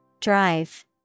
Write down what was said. Drive